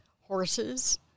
horses